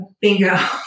bingo